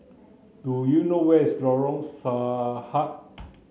do you know where is Lorong Sahad